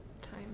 time